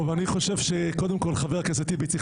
קודם כל אני חושב שחבר הכנסת טיבי צריך